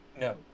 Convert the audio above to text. No